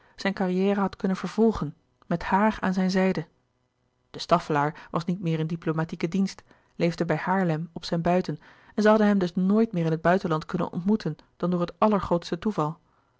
zijne carrière had kunnen vervolgen met haar aan zijn zijde de staffelaer was niet meer in diplomatieke dienst leefde bij haarlem op zijn buiten en zij hadden hem dus nooit meer in het buitenland kunnen ontmoeten dan door het allergrootste toeval